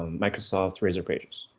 um microsoft razor pages.